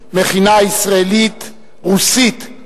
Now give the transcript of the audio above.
מכינה ישראלית רוסית,